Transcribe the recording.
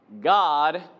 God